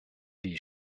die